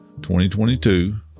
2022